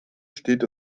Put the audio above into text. steht